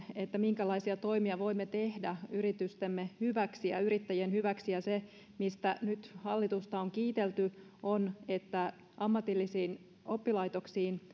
minkälaisia toimia voimme tehdä yritystemme hyväksi ja yrittäjien hyväksi ja se mistä nyt hallitusta on kiitelty on että ammatillisiin oppilaitoksiin